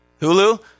Hulu